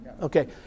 Okay